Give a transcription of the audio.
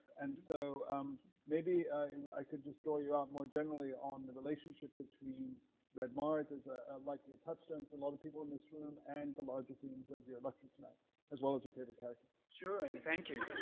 and so um maybe i could destroy you out more generally on the relationship between red mars is a likely a touchstone for a lot of people in this room and the larger themes of your electric knife as well as your favorite character sure, and thank you.